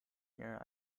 near